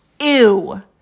Ew